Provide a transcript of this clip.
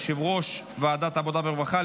יושב-ראש ועדת העבודה והרווחה,